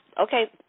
okay